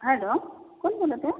hello कोण बोलत आहे